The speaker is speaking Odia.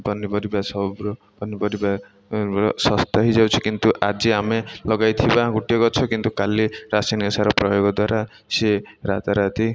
ପନିପରିବା ସବୁ ର ପନିପରିବା ଶସ୍ତା ହେଇଯାଉଛି କିନ୍ତୁ ଆଜି ଆମେ ଲଗାଇ ଥିବା ଗୋଟିଏ ଗଛ କିନ୍ତୁ କାଲି ରାସାୟନିକ ସାର ପ୍ରୟୋଗ ଦ୍ୱାରା ସିଏ ରାତାରାତି